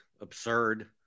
absurd